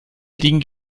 liegen